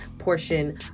portion